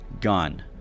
Gone